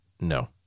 No